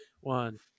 One